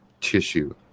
tissue